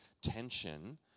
tension